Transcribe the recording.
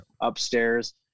upstairs